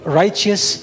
righteous